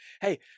Hey